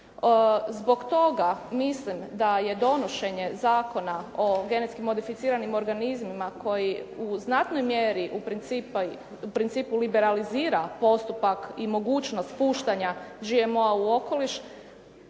Zbog toga mislim da je donošenje Zakona o genetski modificiranim organizmima koji u znatnoj mjeri u principu liberalizira postupak i mogućnost puštanja GMO-a u okoliš